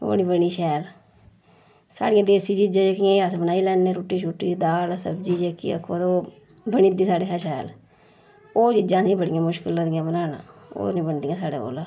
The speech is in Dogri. ओह् नी बनी शैल साढ़ियां देसी चीजां जेह्कियां एह् अस बनाई लैन्ने रुट्टी छुट्टी दाल सब्जी जेह्की आखो तां ओह् बनी दी साढ़े हा शैल ओह् चीजां असें बड़ियां मुश्कल लगदियां बनाना ओह् नी बनदियां साढ़े कोला